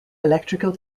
electrical